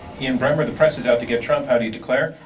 ian bremmer, the press is out to get trump. how do you declare?